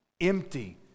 Empty